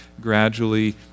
gradually